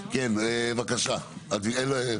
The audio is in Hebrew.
כן, בבקשה, יוראי.